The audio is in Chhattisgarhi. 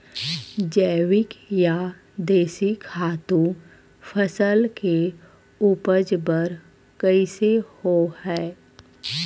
जैविक या देशी खातु फसल के उपज बर कइसे होहय?